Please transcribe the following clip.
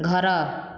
ଘର